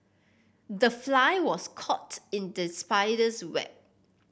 the fly was caught in the spider's web